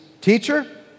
Teacher